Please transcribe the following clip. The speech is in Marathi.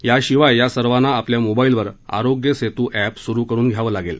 याशिवाय या सर्वाना आपल्या मोबाईलवर आरोग्य सेतू एप स्रु करून द्यावं लागेल